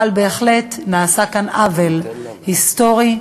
אבל בהחלט נעשה כאן עוול היסטורי,